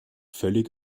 völlig